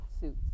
suits